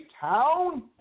town